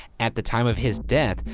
at the time of his death,